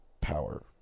power